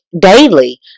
daily